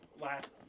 last